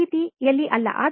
ಆ ರೀತಿಯಲ್ಲಿ ಅಲ್ಲ